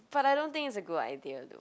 but I don't think it's a good idea though